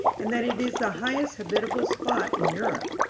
and that it is the highest habitable spot in europe,